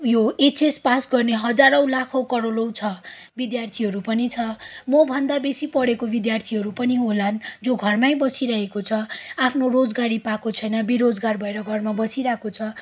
यो एचएस पास गर्ने हजारौँ लाखौँ करोडौँ छ विद्यार्थीहरू पनि छ मभन्दा बेसी पढेको विद्यार्थीहरू पनि होलान् जो घरमै बसिरहेको छ आफ्नो रोजगारी पाएको छैन बेरोजगार भएर घरमा बसिरहेको छ